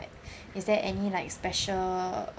is there any like special um